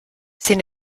sin